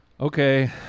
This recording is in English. Okay